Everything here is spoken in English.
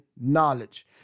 knowledge